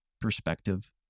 perspective